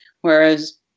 Whereas